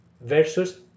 versus